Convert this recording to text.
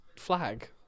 flag